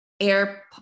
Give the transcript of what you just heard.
air